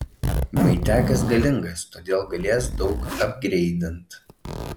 maitiakas galingas todėl galės daug apgreidint